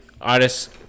Artists